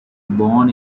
born